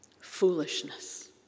Foolishness